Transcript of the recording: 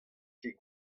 ket